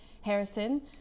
Harrison